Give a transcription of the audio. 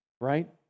right